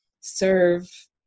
serve